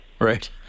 right